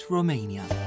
Romania